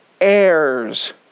heirs